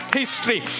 history